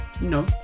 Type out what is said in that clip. no